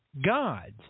gods